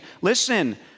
listen